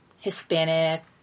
Hispanic